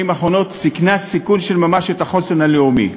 האחרונות סיכנה סיכון של ממש את החוסן הלאומי.